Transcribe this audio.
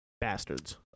bastards